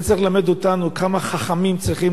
זה צריך ללמד אותנו כמה חכמים צריכים